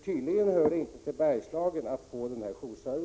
Tydligen tillkommer det inte Bergslagen att få denna jourservice.